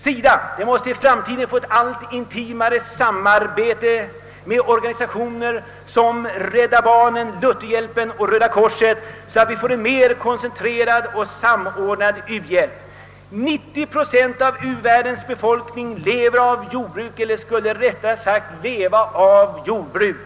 SIDA måste i framtiden få till stånd ett allt intimare samarbete med organisationer såsom Rädda barnen, Lutherhjälpen och Röda korset, så att vi får en mera koncentrerad och samordnad u-hjälp. 90 procent av u-världens befolkning lever av eller skulle rättare sagt leva av jordbruk.